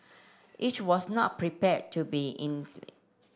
it was not prepared to be